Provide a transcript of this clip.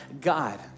God